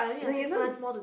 you know you don't